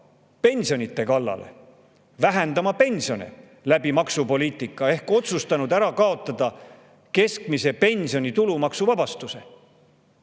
pensionide kallale, vähendama pensione maksupoliitika kaudu, ehk otsustanud ära kaotada keskmise pensioni tulumaksuvabastuse.